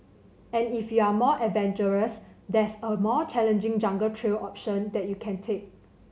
and if you're more adventurous there's a more challenging jungle trail option that you can take